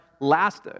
last